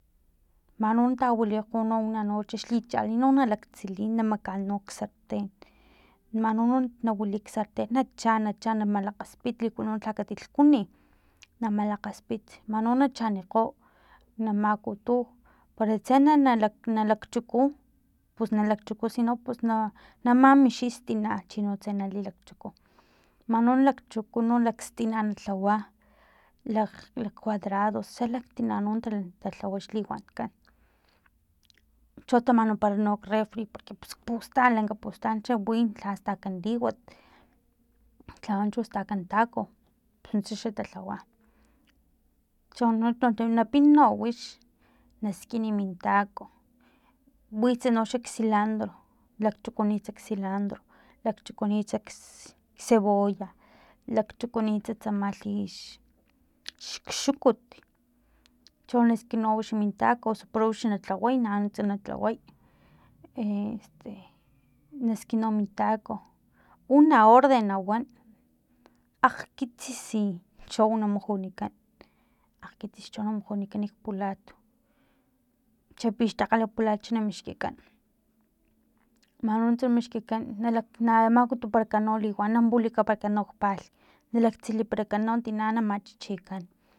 Mano na tawilikgo una noche xli chali no nalaktsili na makaan nok sarten mano na wili ksarten nacha nacha malakgaspit liku no lha kati lhkuni na malakgaspit mano na chanikgo na makutu para tse na na nalak chuku pus nalakchuku si no pus na mamixi stina chini tse nali lakchuku mano na lakchuku lakstina na lhawa lakg lakcuadrados salaktina no nata lhawa xliwat liwan kan cho tamanupara krefri porque pus pustan lanka pustan xa wi lha stakan liwat lha xa stakan taco nuntsa xa talhawa chono na pina no wix na skin min taco wits noxa xsilandro lakchukunits xsilandro lakchukunits xcebolla lakchukunits tsama xi xukut cho naskin no wix mintako osu para wix na lhaway na nuntsa na lhaway e este naskin no min taco una orden nawan akgkitsis chau na mujunikan akgkitsis na mujunikan nak pulat cho xa pixtakgala pulat na mixkikan manuntsa na mixkikan na makutuparakan no liwan na mawaparakan nok palhk na laktsiliparakan no tina na machichikan